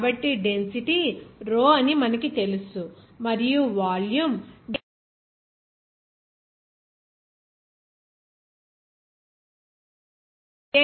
కాబట్టి density rho అని మనకు తెలుసు మరియు వాల్యూమ్ dx dy మరియు dz